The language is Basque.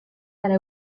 gara